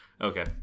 Okay